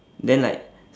then like